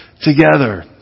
together